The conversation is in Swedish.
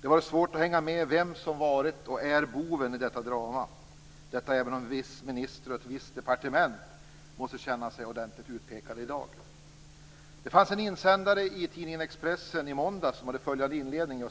Det har varit svårt att hänga med i vem som varit och är boven i detta drama, även om en viss minister och ett visst departement måste känna sig ordentligt utpekade i dag. Det fanns en insändare i Expressen i måndags som hade följande inledning: